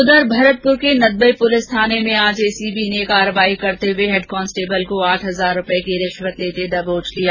उधर भरतपुर के नदबई प्रलिस थाने में आज एसीबी ने कार्यवाही करते हुए हैड कांस्टेबल को आठ हजार रूपए की रिश्वत र्लेते दबोच लिया